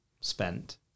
spent